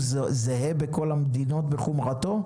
הוא זהה בכל המדינות בחומרתו?